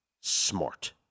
smart